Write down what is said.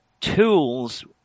tools